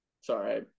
Sorry